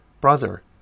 Brother